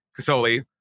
Casoli